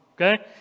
okay